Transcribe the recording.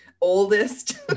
oldest